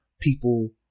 people